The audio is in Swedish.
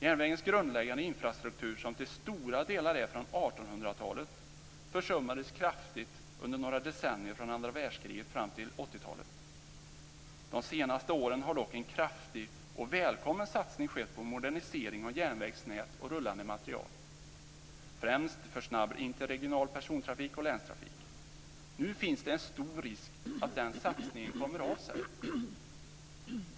Järnvägens grundläggande infrastruktur, som till stora delar är från 1800-talet, försummades kraftigt under några decennier från andra världskriget fram till 80-talet. De senaste åren har dock en kraftig och välkommen satsning skett på en modernisering av järnvägsnät och rullande material, främst för snabb interregional persontrafik och länstrafik. Nu finns det en stor risk att den satsningen kommer av sig.